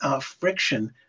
Friction